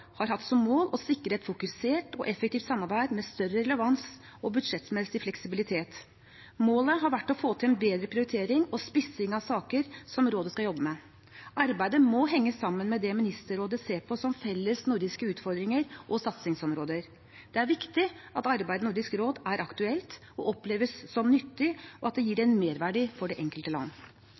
har hatt som mål å sikre et fokusert og effektivt samarbeid med større relevans og budsjettmessig fleksibilitet. Målet har vært å få til en bedre prioritering og spissing av sakene som Rådet skal jobbe med. Arbeidet må henge sammen med det Ministerrådet ser på som felles nordiske utfordringer og satsingsområder. Det er viktig at arbeidet i Nordisk råd er aktuelt, oppleves som nyttig og gir en merverdi for det enkelte land.